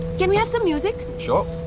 can we have some music? sure.